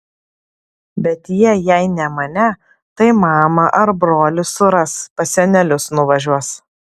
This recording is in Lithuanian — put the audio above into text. bet jie jei ne mane tai mamą ar brolį suras pas senelius nuvažiuos